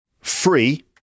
free